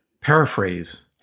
paraphrase